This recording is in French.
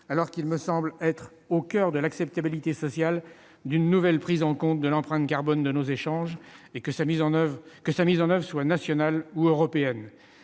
alors qu'elle me semble être au coeur de l'acceptabilité sociale d'une nouvelle prise en compte de l'empreinte carbone de nos échanges, que sa mise en oeuvre soit nationale ou européenne.